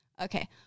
okay